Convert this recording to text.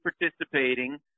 participating